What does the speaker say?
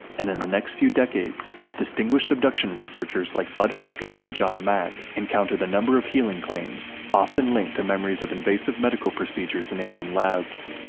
and in the next few decades, distinguished abduction researchers like budd hopkins and john mack encountered a number of healing claims, often linked to memories of invasive medical procedures in alien labs.